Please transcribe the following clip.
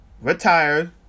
retired